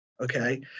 Okay